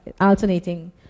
alternating